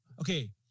okay